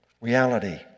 reality